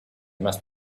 must